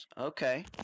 Okay